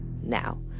Now